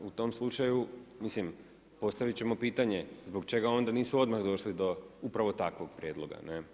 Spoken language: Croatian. U tom slučaju, mislim postavit ćemo pitanje zbog čega onda nisu odmah došli do upravo takvog prijedloga.